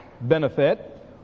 benefit